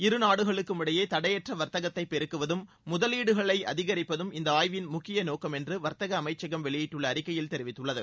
இருநாடுகளுக்குமிடையே தடையற்ற வா்த்தகத்தை பெருக்குவதும் முதலீடுகளை அதிகரிப்பதும் இந்த ஆய்வின் முக்கிய நோக்கமென்று வர்த்தக அமைச்சகம் வெளியிட்டுள்ள அறிக்கையில் தெரிவித்துள்ளது